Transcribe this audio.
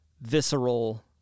visceral